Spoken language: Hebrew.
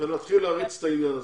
ונתחיל להריץ את העניין הזה.